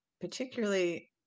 particularly